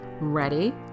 Ready